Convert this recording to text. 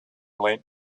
late